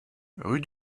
rue